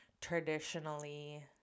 traditionally